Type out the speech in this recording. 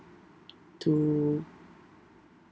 to